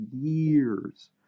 years